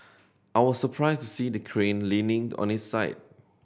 I was surprised to see the crane leaning on its side